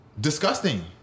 Disgusting